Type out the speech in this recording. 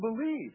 believe